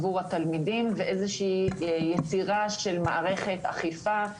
עבור התלמידים ואיזו שהיא יצירה של מערכת אכיפה,